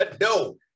no